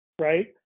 right